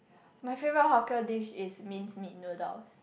my favourite hawker dish is minced meat noodles